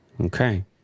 Okay